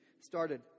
started